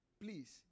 please